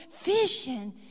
vision